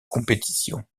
compétition